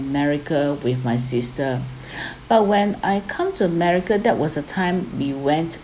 america with my sister but when I come to america that was a time we went